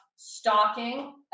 stalking